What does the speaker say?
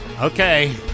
Okay